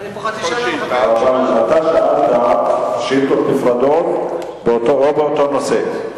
פה חצי שעה, אתה שאלת שאילתות נפרדות באותו נושא.